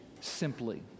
simply